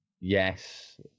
Yes